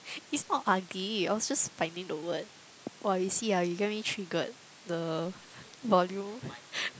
it's not ugly I was just finding the word !wah! you see ah you get me triggered the volume